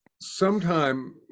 sometime